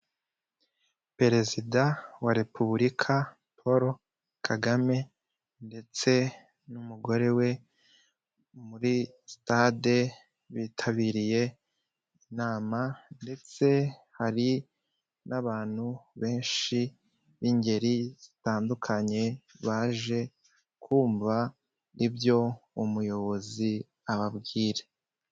Perezida wa repubulika Paul kagame ndetse n'umugore we, muri sitade, bitabiriye inama, ndetse hari n'abantu benshi b'ingeri zitandukanye baje kumva ibyo umuyobozi ababwira.